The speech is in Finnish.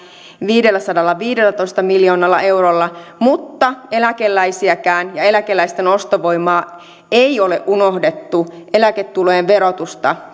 viidelläsadallaviidellätoista miljoonalla eurolla mutta eläkeläisiäkään ja eläkeläisten ostovoimaa ei ole unohdettu eläketulojen verotusta